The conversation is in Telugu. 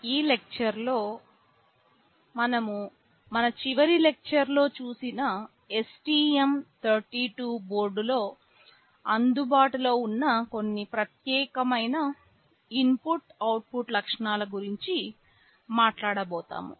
ఈ లెక్చర్ లో మనము మన చివరి లెక్చర్ లో చూసిన STM32 బోర్డులో అందుబాటులో ఉన్న కొన్ని ప్రత్యేకమైన ఇన్పుట్ అవుట్పుట్ లక్షణాల గురించి మాట్లాడబోతాము